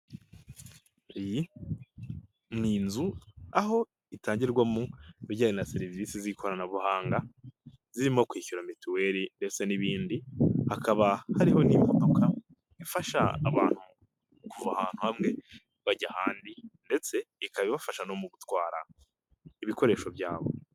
Iyi ni inzu, aho itangirwamo ibijyanye na serivisi z'ikoranabuhanga. Zirimo kwishyura mituweli ndetse n'ibindi. Hakaba hariho n'imodoka ifasha abantu, kuva ahantu hamwe bajya ahandi ndetse ikaba ibafasha no mu gutwara ibikoresho byabo.